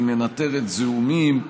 היא מנטרת זיהומים,